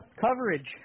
coverage